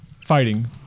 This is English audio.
fighting